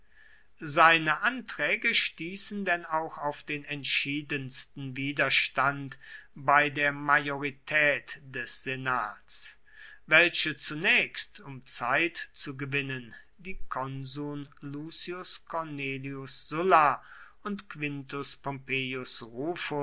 seine anträge stießen denn auch auf den entschiedensten widerstand bei der majorität des senats welche zunächst um zeit zu gewinnen die konsuln lucius cornelius sulla und quintus pompeius